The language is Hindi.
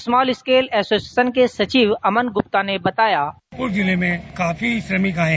स्मॉल स्केल एसोएिशन के सचिव अमन गुप्ता ने बताया हापुड़ जिले में काफी श्रमिक आये